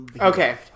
okay